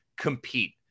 Compete